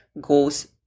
goes